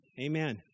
Amen